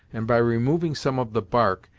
and by removing some of the bark,